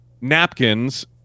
napkins